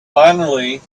finally